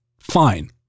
fine